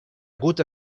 hagut